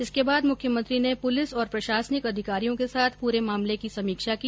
इसके बाद मुख्यमंत्री ने पुलिस और प्रशासनिक अधिकारियों के साथ पूरे मामले की समीक्षा की